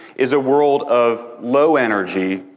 is a world of low energy,